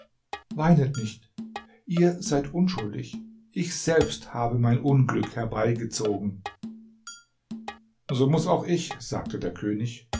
weinet nicht ihr seid unschuldig ich selbst habe mein unglück herbeigezogen so muß auch ich sagte der könig